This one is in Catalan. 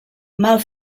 mal